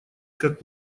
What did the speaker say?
как